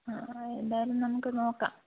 ആ എന്തായാലും നമുക്ക് നോക്കാം